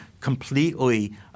completely